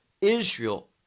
Israel